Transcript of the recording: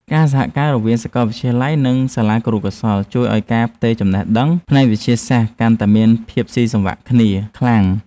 ការសហការរវាងសាកលវិទ្យាល័យនិងសាលាគរុកោសល្យជួយឱ្យការផ្ទេរចំណេះដឹងផ្នែកវិទ្យាសាស្ត្រកាន់តែមានភាពស៊ីសង្វាក់គ្នាខ្លាំង។